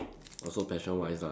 also passion wise lah